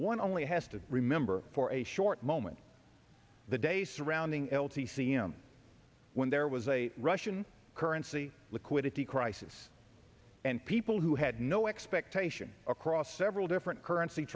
one only has to remember for a short moment the day surrounding l t c m when there was a russian currency liquidity crisis and people who had no expectation across several different currency